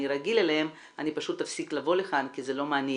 רגיל אליהם אני פשוט אפסיק לבוא לכאן כי זה לא מעניין.